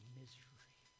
misery